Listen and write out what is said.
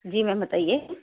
جی ma'am بتائیے